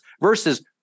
versus